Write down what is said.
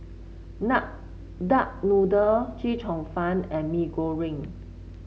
Duck Noodle Chee Cheong Fun and Mee Goreng